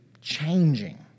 changing